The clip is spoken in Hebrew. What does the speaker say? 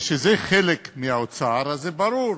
כשזה חלק מהאוצר, זה ברור,